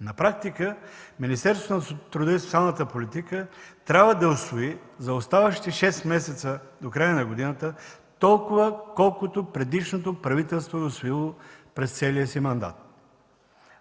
На практика Министерството на труда и социалната политика трябва да усвои за оставащите шест месеца до края на годината толкова, колкото предишното правителство е усвоило през целия си мандат,